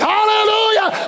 Hallelujah